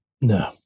No